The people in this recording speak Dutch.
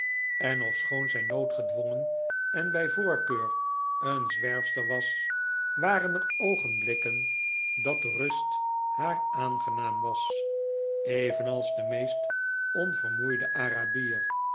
en ofschoon zij noodgedwongen en bij voorkeur een zwerfster was waren er oogenblikken dat rust haar aangenaam was evenals de meest onvermoeide arabier